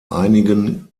einigen